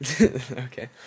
Okay